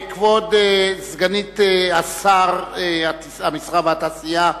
כבוד סגנית שר התעשייה,